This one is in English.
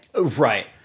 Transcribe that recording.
Right